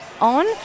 on